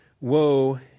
woe